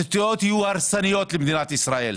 התוצאות יהיו, הרסניות למדינת ישראל.